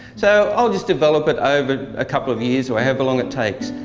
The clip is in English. so i'll just develop it over a couple of years however long it takes.